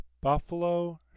Buffalo